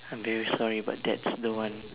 I'm very sorry but that's the one